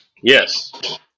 Yes